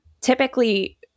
Typically